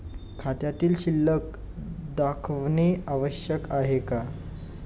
खात्यातील शिल्लक दाखवणे आवश्यक आहे का?